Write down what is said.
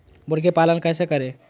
मुर्गी पालन कैसे करें?